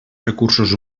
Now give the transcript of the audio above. recursos